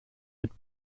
mit